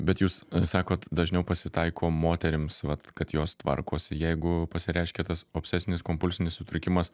bet jūs sakot dažniau pasitaiko moterims vat kad jos tvarkosi jeigu pasireiškia tas obsesinis kompulsinis sutrikimas